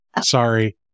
Sorry